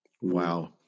Wow